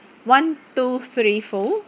one two three four